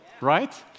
Right